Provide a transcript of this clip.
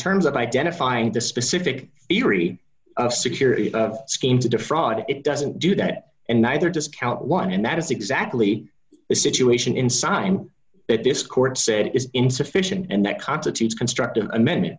terms of identifying the specific theory of security scheme to defraud it doesn't do that and neither discount one and that is exactly the situation inside and that this court said is insufficient and that constitutes constructive amendment